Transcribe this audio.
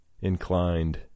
inclined